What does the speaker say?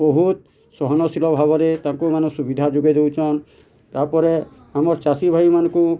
ବହୁତ ସହନ ଶୀଳ ଭାବରେ ତାଙ୍କୁ ମାନେ ସୁବିଧା ଯୋଗେଇ ଦଉଛନ୍ ତା'ପରେ ଆମର୍ ଚାଷୀ ଭାଇ ମାନଙ୍କୁ